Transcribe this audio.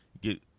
get